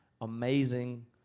amazing